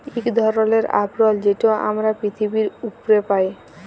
ইক ধরলের আবরল যেট আমরা পিথিবীর উপ্রে পাই